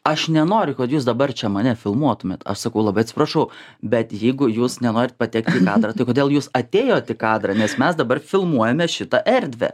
aš nenoriu kad jūs dabar čia mane filmuotumėt aš sakau labai atsiprašau bet jeigu jūs nenorit patekt į kadrą tai kodėl jūs atėjot į kadrą nes mes dabar filmuojames šitą erdvę